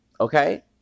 Okay